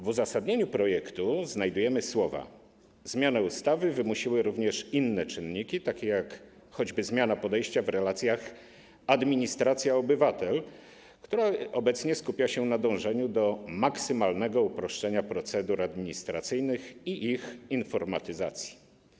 W uzasadnieniu projektu znajdujemy słowa: Zmianę ustawy wymusiły również inne czynniki, takie jak zmiana podejścia w relacjach administracja-obywatel, która obecnie skupia się na dążeniu do maksymalnego uproszczenia procedur administracyjnych i ich informatyzacji.